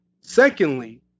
Secondly